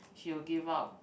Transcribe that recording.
she will give out